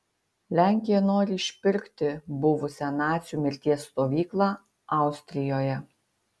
lenkija nori išpirkti buvusią nacių mirties stovyklą austrijoje